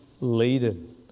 laden